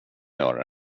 göra